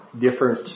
different